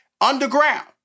underground